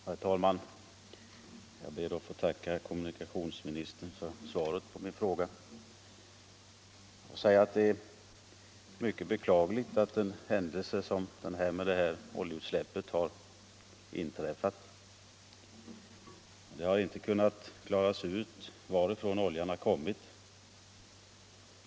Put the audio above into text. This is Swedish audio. Herr talman! Jag ber att få tacka herr kommunikationsministern för svaret på min fråga. Det är mycket beklagligt att denna händelse med oljeutsläppet har inträffat. Det har inte kunnat klaras ut varifrån oljan har kommit.